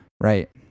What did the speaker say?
Right